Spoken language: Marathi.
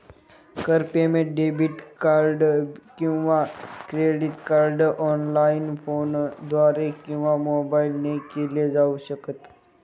कर पेमेंट डेबिट किंवा क्रेडिट कार्डने ऑनलाइन, फोनद्वारे किंवा मोबाईल ने केल जाऊ शकत